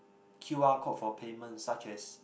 q_r code for payment such as